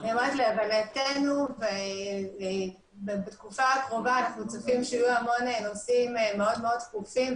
להבנתנו בתקופה הקרובה אנחנו צופים שיהיו המון נושאים מאוד-מאוד דחופים,